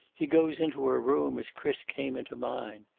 he goes into her room as chris came into mine.